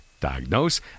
diagnose